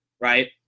right